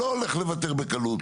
לא הולך לוותר בקלות.